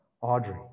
Audrey